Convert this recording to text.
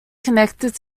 connected